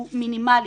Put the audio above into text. היא מינימלית.